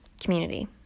community